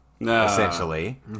essentially